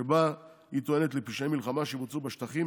שבה היא טוענת לפשעי מלחמה שבוצעו בשטחים,